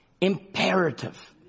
imperative